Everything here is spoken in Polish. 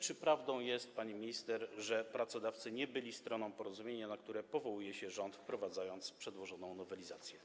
Czy to prawda, pani minister, że pracodawcy nie byli stroną porozumienia, na które powołuje się rząd, wprowadzając przedłożoną nowelizację?